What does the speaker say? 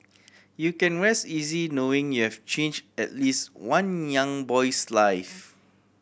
you can rest easy knowing you've change at least one young boy's life